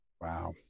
Wow